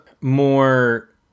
more